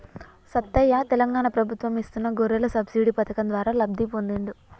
సత్తయ్య తెలంగాణ ప్రభుత్వం ఇస్తున్న గొర్రెల సబ్సిడీ పథకం ద్వారా లబ్ధి పొందిండు